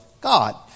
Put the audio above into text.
God